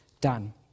done